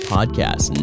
Podcast